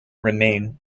remain